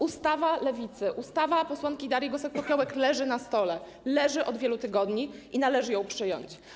Ustawa Lewicy, ustawa posłanki Darii Gosek-Popiołek leży na stole, leży od wielu tygodni i należy ją przyjąć.